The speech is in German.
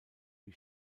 wie